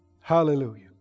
Hallelujah